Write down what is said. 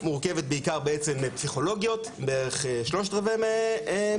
בעצם מורכבת בעיקר מפסיכולוגיות - בערך 75 אחוז מהתחום.